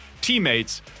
teammates